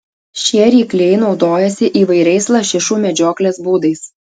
šie rykliai naudojasi įvairiais lašišų medžioklės būdais